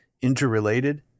interrelated